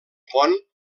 pont